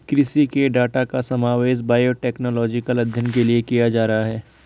कृषि के डाटा का समावेश बायोटेक्नोलॉजिकल अध्ययन के लिए किया जा रहा है